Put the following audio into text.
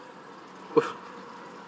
oh